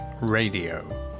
Radio